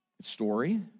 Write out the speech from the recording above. Story